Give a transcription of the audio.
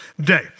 day